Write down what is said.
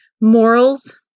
morals